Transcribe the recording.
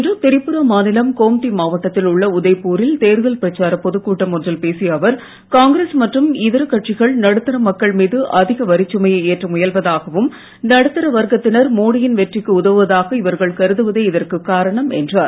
இன்று திரிபுரா மாநிலம் கோம்தி மாவட்டத்தில் உள்ள உதய்பூரில் தேர்தல் பிரச்சாரப் பொதுக் கூட்டம் ஒன்றில் பேசிய அவர் காங்கிரஸ் மற்றும் இதர கட்சிகள் நடுத்தா மக்கள் மீது அதிக வரிச்சுமையை ஏற்ற முயல்வதாகவும் நடுத்தர் வர்க்கத்தினர் மோடி யின் வெற்றிக்கு உதவுவதாக இவர்கள் கருதுவதே இதற்குக் காரணம் என்றார்